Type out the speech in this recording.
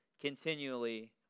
continually